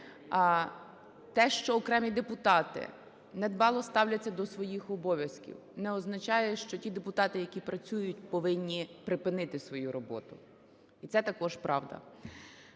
те, що окремі депутати надбало ставляться до своїх обов'язків, не означає, що ті депутати, які працюють, повинні припинити свою роботу. І це також правда,